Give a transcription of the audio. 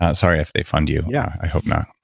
ah sorry if they offend you. yeah i hope not